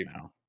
now